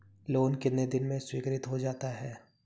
Loan कितने दिन में स्वीकृत हो जाता है?